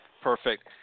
Perfect